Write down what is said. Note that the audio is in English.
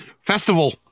Festival